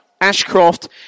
Ashcroft